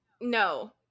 no